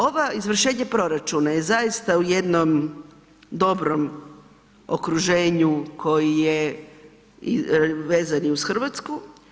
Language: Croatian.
Ova izvršenje proračuna je zaista u jednog dobrom okruženju koji je vezan i uz Hrvatsku.